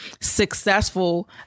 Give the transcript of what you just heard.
successful